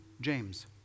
James